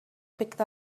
picked